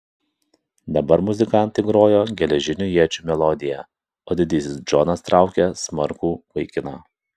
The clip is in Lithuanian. dabar muzikantai grojo geležinių iečių melodiją o didysis džonas traukė smarkų vaikiną